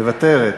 מוותרת.